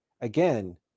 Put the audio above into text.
again